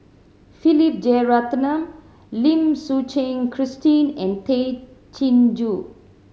Philip Jeyaretnam Lim Suchen Christine and Tay Chin Joo